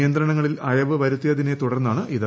നിയന്ത്രണങ്ങ്ളിൽ അയവ് വരുത്തിയതിനെതുടർന്നാണിത്